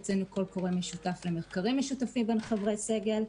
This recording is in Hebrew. הוצאנו קול קורא משותף למחקרים משותפים בין חברי סגל.